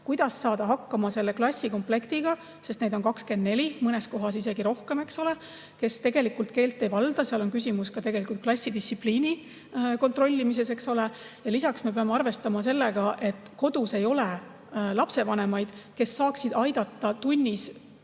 kuidas saada hakkama selle klassikomplektiga – [õpilasi] on 24, mõnes kohas isegi rohkem –, kes tegelikult keelt ei valda. Küsimus on ka klassis distsipliini kontrollimises, eks ole. Lisaks peame me arvestama sellega, et kodus ei ole lapsevanemaid, kes saaksid aidata tunnis